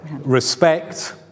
respect